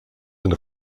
sind